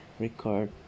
Record